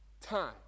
Time